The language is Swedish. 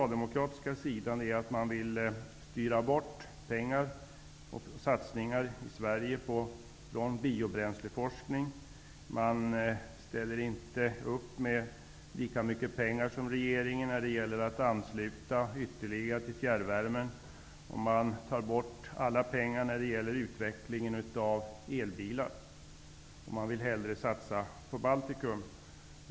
Jag noterar att Socialdemokraterna vill styra bort pengar från satsningar på biobränsleforskning i Sverige. De föreslår inte lika mycket pengar som regeringen när det gäller ytterligare anslutning till fjärrvärme, och de tar bort alla pengar för utvecklingen av elbilar. De vill hellre satsa på Baltikum.